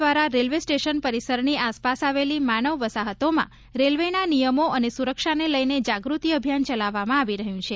દ્વારા railway station પરિસરની આસપાસ આવેલી માનવ વસાહતોમાં રેલવે ના નિયમો અને સુરક્ષા ને લઈને જાગૃતિ અભિયાન ચલાવવામાં આવી રહ્યું છે